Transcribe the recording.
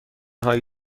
هایی